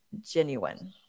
genuine